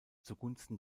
zugunsten